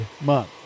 Month